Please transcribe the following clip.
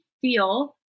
feel